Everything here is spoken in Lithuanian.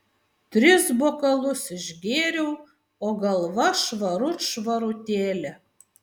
tris bokalus išgėriau o galva švarut švarutėlė